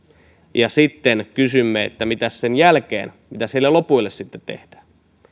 ja sitten kysymme että mitäs sen jälkeen mitäs niille lopuille sitten tehdään